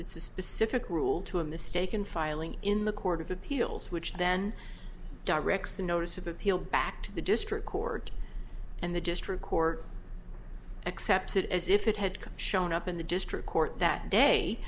it's a specific rule to a mistaken filing in the court of appeals which then directs the notice of appeal back to the district court and the district court accepts it as if it had come shown up in the district court that day